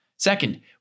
Second